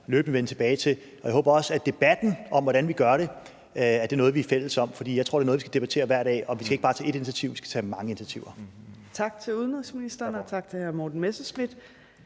til at vende tilbage til. Og jeg håber også, at debatten om, hvordan vi gør det, er noget, vi er fælles om, for jeg tror, det er noget, vi skal debattere hver dag. Og vi skal ikke bare tage ét initiativ, vi skal tage mange initiativer. Kl. 15:16 Fjerde næstformand (Trine Torp): Tak til